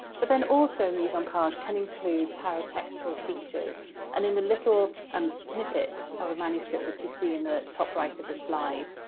but, then, also mise-en-page can include paratextual features and in the little um snippet of a manuscript that you see in the top right of the slide,